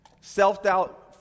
self-doubt